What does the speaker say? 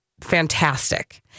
fantastic